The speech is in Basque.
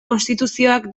konstituzioak